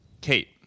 Kate